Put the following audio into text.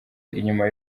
inyuma